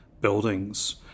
buildings